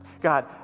God